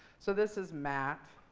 so this is mat.